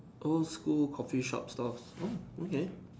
old school coffee shop stalls oh okay